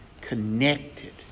connected